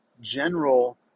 general